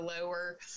lower